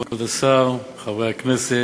תודה, כבוד השר, חברי הכנסת,